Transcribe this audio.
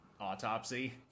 Autopsy